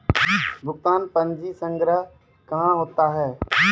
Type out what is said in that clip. भुगतान पंजी संग्रह कहां होता हैं?